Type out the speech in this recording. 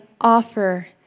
offer